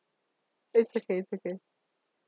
it's okay it's okay